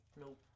Nope